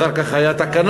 אחר כך היה תקנה,